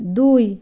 দুই